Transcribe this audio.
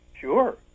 Sure